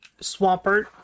Swampert